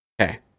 Okay